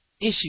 issue